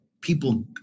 people